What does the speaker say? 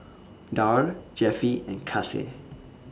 Darl Jeffie and Kasey